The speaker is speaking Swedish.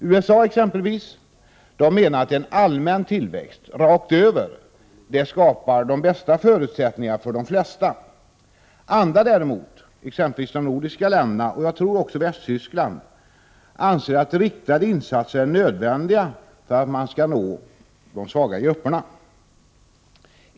USA exempelvis menar att en allmän tillväxt rakt över skapar de bästa förutsättningarna för de flesta. Andra däremot, exempelvis de nordiska länderna och även Västtyskland, tror jag, anser att riktade insatser är nödvändiga för att man skall nå de svaga grupperna.